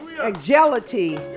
agility